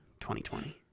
2020